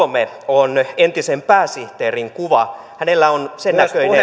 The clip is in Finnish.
on entisen pääsihteerin kuva hänellä on